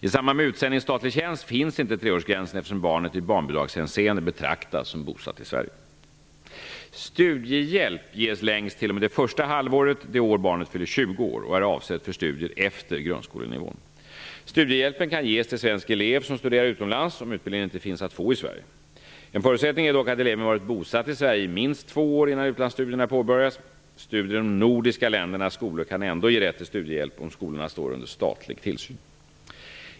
I samband med utsändning i statlig tjänst finns inte treårsgränsen eftersom barnet i barnbidragshänseende betraktas som bosatt i Studiehjälp ges längst t.o.m. det första halvåret det år barnet fyller 20 år och är avsett för studier efter grundskolenivån. Studiehjälpen kan ges till svensk elev som studerar utomlands om utbildningen inte finns att få i Sverige. En förutsättning är dock att eleven varit bosatt i Sverige i minst två år innan utlandsstudierna påbörjas. Studier i de nordiska ländernas skolor kan ändå ge rätt till studiehjälp om skolorna står under statlig tillsyn.